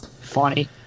funny